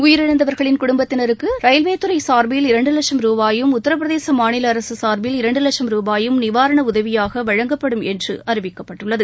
உயிரிழந்தவர்களின் குடும்பத்தினருக்கு ரயில்வே துறை சாா்பில் இரண்டு லட்சம் ரூபாயும் உத்திரபிரதேச மாநில அரசு சார்பில் இரண்டு லட்சும் ரூபாயும் நிவாரண உதவியாக வழங்கப்படும் என்று அறிவிக்கப்பட்டுள்ளது